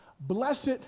blessed